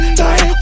die